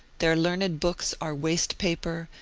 their learned books are waste paper,